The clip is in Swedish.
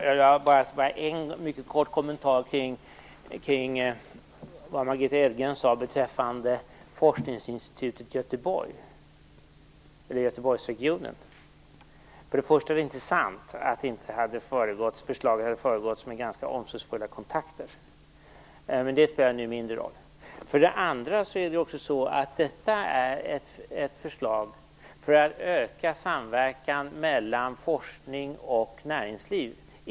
Fru talman! Låt mig bara göra en kort kommentar till det Margitta Edgren sade beträffande forskningsinstitutet i Göteborgsregionen. För det första är det inte sant att förslaget inte hade föregåtts av ganska omsorgsfulla kontakter, även om det nu spelar mindre roll. För det andra är detta ett förslag som skall öka samverkan mellan forskning och näringsliv.